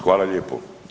Hvala lijepo.